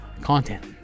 Content